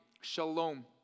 shalom